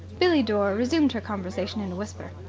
billie dore resumed her conversation in a whisper.